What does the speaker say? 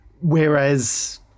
Whereas